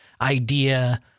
idea